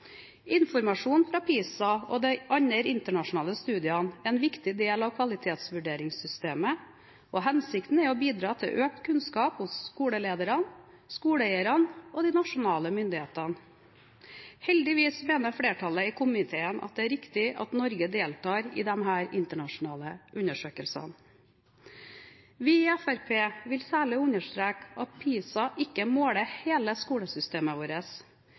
fra PISA og de andre internasjonale studiene er en viktig del av kvalitetsvurderingssystemet, og hensikten er å bidra til økt kunnskap hos skoleledere, skoleeiere og nasjonale myndigheter. Heldigvis mener flertallet i komiteen at det er riktig at Norge deltar i disse internasjonale undersøkelsene. Vi i Fremskrittspartiet vil særlig understreke at PISA ikke måler hele skolesystemet vårt,